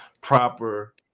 proper